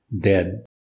dead